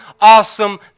awesome